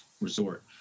resort